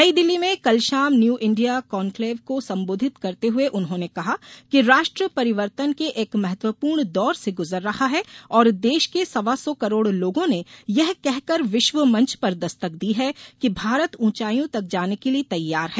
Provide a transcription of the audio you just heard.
नई दिल्ली में कल शाम न्यू इंडिया कॉन्क्लेव को सम्बोधित करते हुए उन्होंने कहा कि राष्ट्र परिवर्तन के एक महत्वपूर्ण दौर से गुज़र रहा है और देश के सवा सौ करोड़ लोगों ने यह कहकर विश्व मंच पर दस्तक दी है कि भारत ऊंचाइयों तक जाने के लिए तैयार है